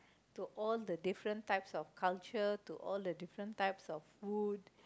to all the different types of culture to all the different types of food